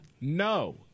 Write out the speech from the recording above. No